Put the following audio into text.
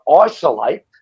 isolate